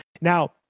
Now